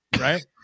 right